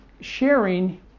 sharing